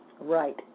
Right